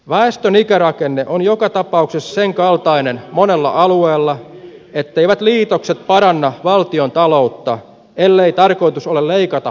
väestön ikärakenne on joka tapauksessa sen kaltainen monella alueella etteivät liitokset paranna valtiontaloutta ellei tarkoitus ole leikata palveluita